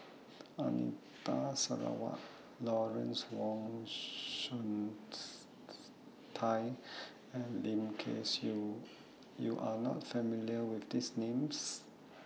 Anita Sarawak Lawrence Wong Shyun Tsai and Lim Kay Siu YOU Are not familiar with These Names